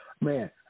Man